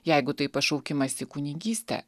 jeigu tai pašaukimas į kunigystę